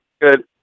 Good